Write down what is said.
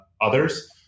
others